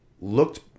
looked